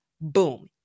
Boom